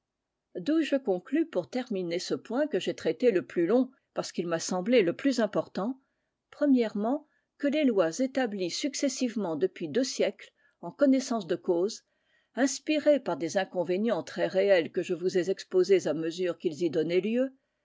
d'où je conclus pour terminer ce point que j'ai traité le plus au long parce qu'il m'a semblé le plus important que les lois établies successivement depuis deux siècles en connaissance de cause inspirées par des inconvénients très réels que je vous ai exposés à mesure qu'ils y donnaient lieu